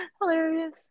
hilarious